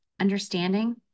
understanding